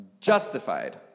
justified